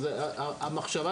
אז כנראה שהמחשבה